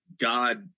God